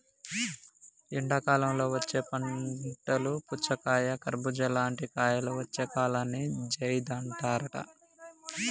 ఎండాకాలంలో వచ్చే పంటలు పుచ్చకాయ కర్బుజా లాంటి కాయలు వచ్చే కాలాన్ని జైద్ అంటారట